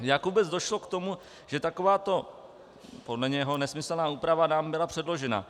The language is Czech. Jak vůbec došlo k tomu, že takováto podle něho nesmyslná úprava nám byla předložena?